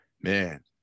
man